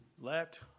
let